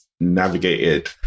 navigated